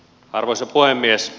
arvoisa puhemies